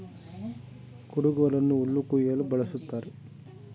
ಕುಡುಗೋಲನ್ನು ಹುಲ್ಲು ಕುಯ್ಯಲು ಬಳ್ಸತ್ತರೆ